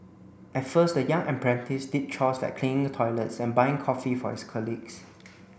at first the young apprentice did chores like cleaning toilets and buying coffee for his colleagues